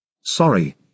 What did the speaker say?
Sorry